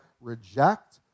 reject